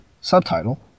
subtitle